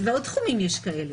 בעוד תחומים יש כאלה.